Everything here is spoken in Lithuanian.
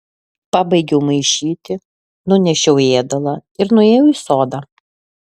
pabaigiau maišyti nunešiau ėdalą ir nuėjau į sodą